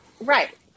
Right